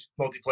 multiplayer